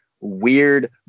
weird